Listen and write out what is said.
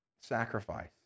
sacrifice